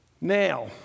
Now